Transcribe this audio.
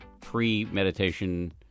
pre-meditation